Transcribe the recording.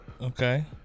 okay